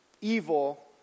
evil